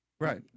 right